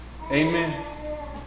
Amen